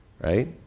right